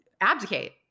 abdicate